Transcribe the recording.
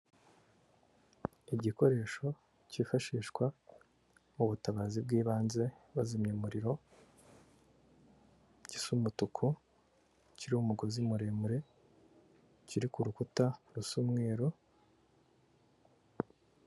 Igikoresho cyifashishwa mu butabazi bw'ibanze, bazimya umuriro, gisa umutuku, kiri ku mugozi muremure, kiri ku rukuta rusa n'umweru.